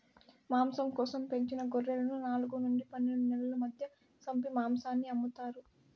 మాంసం కోసం పెంచిన గొర్రెలను నాలుగు నుండి పన్నెండు నెలల మధ్య సంపి మాంసాన్ని అమ్ముతారు